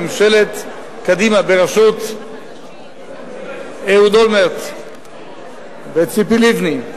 ממשלת קדימה בראשות אהוד אולמרט וציפי לבני,